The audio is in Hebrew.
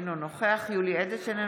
אינו נוכח יולי יואל אדלשטיין,